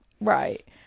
Right